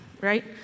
right